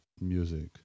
music